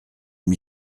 m’y